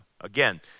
Again